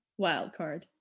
wildcard